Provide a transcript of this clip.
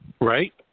Right